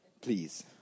Please